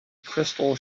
crystal